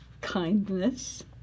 kindness